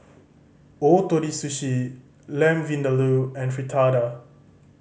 Ootoro Sushi Lamb Vindaloo and Fritada